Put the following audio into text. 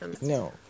no